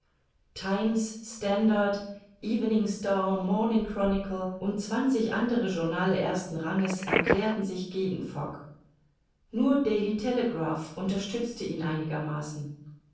times standard evening star morning chronicle und zwanzig andere journale ersten ranges erklärten sich gegen fogg nur daily tele graph unterstützte ihn einigermaßen